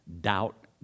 doubt